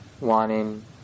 wanting